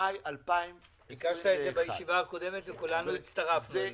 במאי 2021 --- ביקשת את זה בישיבה הקודמת וכולנו הצטרפנו אליך.